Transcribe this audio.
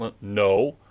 No